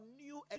new